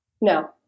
No